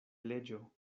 leĝo